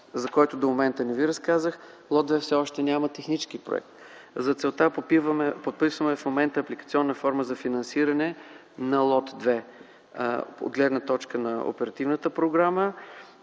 за който до момента не Ви разказах, лот 2 все още няма технически проект. За целта в момента подписваме апликационна форма за финансиране на лот 2 от гледна точка на оперативната програма.